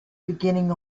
beginning